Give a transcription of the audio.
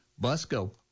Busco